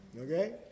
Okay